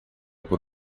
por